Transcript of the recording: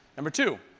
number two,